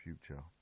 future